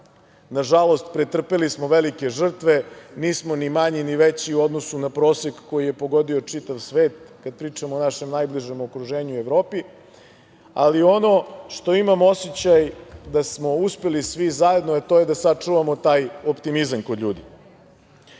Nažalost, pretrpeli smo velike žrtve, nismo ni manji ni veću u odnosu na prosek koji je pogodio čitav svet, kada pričamo o našem najbližem okruženju i Evropi, ali ono što imam osećaj da smo uspeli svi zajedno to je da sačuvamo taj optimizam kod ljudi.S